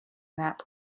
map